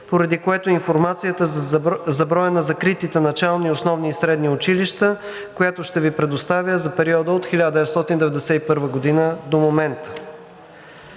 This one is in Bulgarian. поради което информацията за броя на закритите начални, основни и средни училища, която ще Ви предоставя, е за периода от 1991 г. до момента.